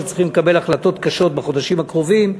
שצריכים לקבל החלטות קשות בחודשים הקרובים,